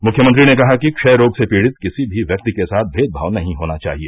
मुख्यमंत्री ने कहा कि क्षय रोग से पीड़ित किसी भी व्यक्ति के साथ भेदभाव नहीं होना चाहिए